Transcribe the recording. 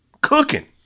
cooking